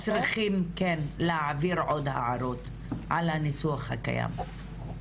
כן, צריכים להעביר עוד הערות על הניסוח הקיים.